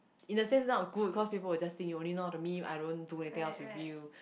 is the face time of good cause people will just think you only know how to meet I don't do anything else with you